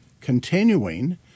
continuing